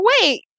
wait